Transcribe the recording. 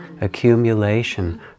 accumulation